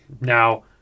Now